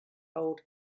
old